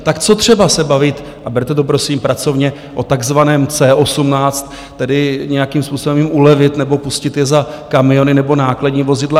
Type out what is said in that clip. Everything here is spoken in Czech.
Tak co třeba se bavit berte to, prosím, pracovně o takzvaném C18, tedy nějakým způsobem jim ulevit nebo pustit je za kamiony nebo nákladní vozidla?